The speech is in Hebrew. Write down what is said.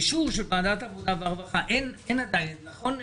אין עדיין ועדה, נכון?